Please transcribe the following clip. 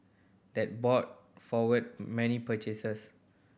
that bought forward many purchases